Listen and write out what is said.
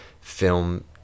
film